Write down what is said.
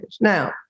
Now